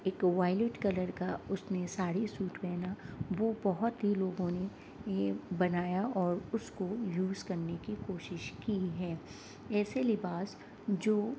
ایک violet colour کا اس میں ساڑی سوٹ پہنا وہ بہت ہی لوگوں نے یہ بنایا اور اس کو یوز کرنے کی کوشش کی ہے ایسے لباس جو